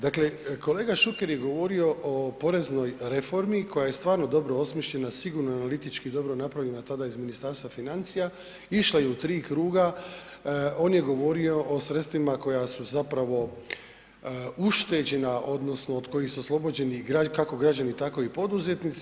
Dakle, kolega Šuker je govorio o poreznoj reformi koja je stvarno dobro osmišljena, sigurno je analitički dobro napravljena tada iz Ministarstva financija, išla je u 3 kruga, on je govorio o sredstvima koja su zapravo ušteđena odnosno od kojih su oslobođeni kako građani, tako i poduzetnici.